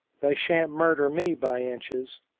they shan't murder me by inches!